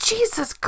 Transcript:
Jesus